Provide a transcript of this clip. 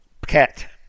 pet